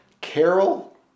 Carol